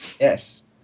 yes